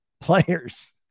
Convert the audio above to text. players